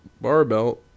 Barbell